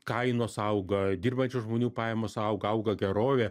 kainos auga dirbančių žmonių pajamos auga auga gerovė